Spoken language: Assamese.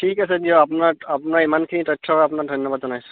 ঠিক আছে দিয়ক আপোনাৰ ইমানখিনি তথ্য আপোনাক ধন্যবাদ জনাইছোঁ